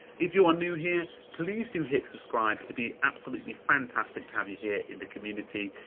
if you are new here, please do hit subscribe, it'd be absolutely fantastic to have you here in the community.